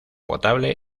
potable